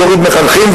תוריד מחנכים,